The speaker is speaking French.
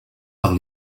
par